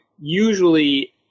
usually